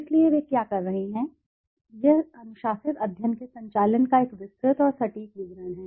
इसलिए वे क्या कह रहे हैं यह अनुशासित अध्ययन के संचालन का एक विस्तृत और सटीक विवरण है